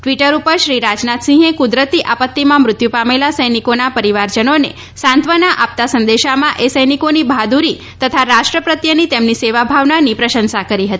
Twitter ઉપર શ્રી રાજનાથસિંહે કુદરતી આપત્તિમાં મૃત્યુ પામેલા સૈનિકોના પરિવારજનોને સાંત્વના આપતા સંદેશામાં એ સૈનિકોની બહાદુરી તથા રાષ્ટ્રપ્રત્યેની તેમની સેવાભાવનાની પ્રશંસા કરી હતી